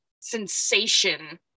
sensation